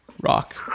Rock